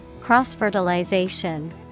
Cross-fertilization